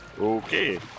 Okay